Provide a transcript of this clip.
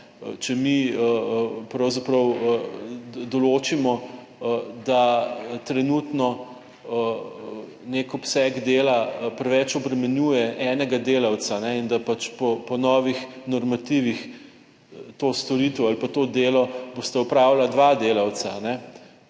če mi pravzaprav določimo, da trenutno nek obseg dela preveč obremenjuje enega delavca in da pač po novih normativih to storitev ali pa to delo bosta opravila dva delavca,